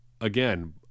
Again